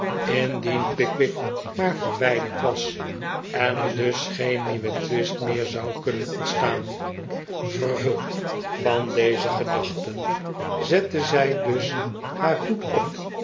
indien pickwick maar verwijderd was en er dus geen nieuwe twist meer zou kunnen ontstaan vervuld van deze gedachten zette zij dus haar hoed op